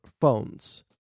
phones